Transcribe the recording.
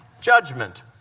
Judgment